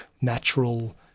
natural